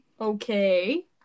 Okay